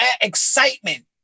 excitement